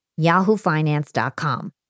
yahoofinance.com